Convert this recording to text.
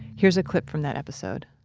here's a clip from that episode